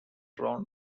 drawn